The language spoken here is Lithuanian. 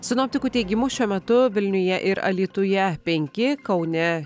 sinoptikų teigimu šiuo metu vilniuje ir alytuje penki kaune